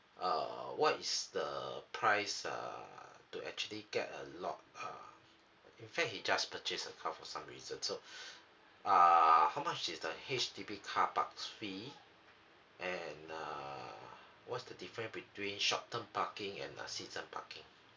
uh what is the price uh to actually get a lot uh in fact he just purchased a car for some reason so err how much is the H_D_B car parks fee and err what's the difference between short term parking and a season parking